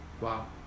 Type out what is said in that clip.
Wow